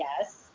yes